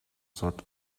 sort